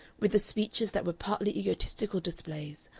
with the speeches that were partly egotistical displays,